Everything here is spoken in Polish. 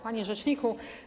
Panie Rzeczniku!